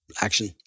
action